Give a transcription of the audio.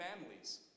families